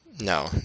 No